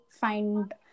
find